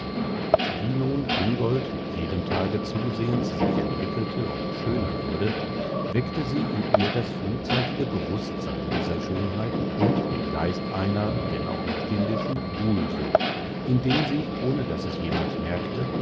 wie nun küngolt mit jedem tage zusehends sich entwickelte und schöner wurde weckte sie in ihr das frühzeitige bewußtsein dieser schönheit und den geist einer wenn auch noch kindischen buhlsucht indem sie ohne daß es jemand merkte